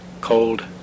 cold